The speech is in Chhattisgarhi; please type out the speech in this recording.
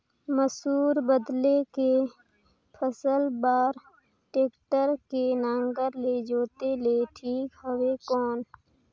मसूर बदले के फसल बार टेक्टर के नागर ले जोते ले ठीक हवय कौन?